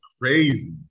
crazy